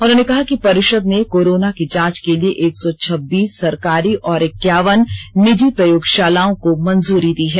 उन्होंने कहा कि परिषद ने कोरोना की जांच के लिए एक सौ छब्बीस सरकारी और इक्यावन निजी प्रयोगशालाओं को मंजूरी दी है